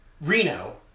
Reno